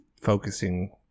focusing